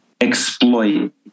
exploit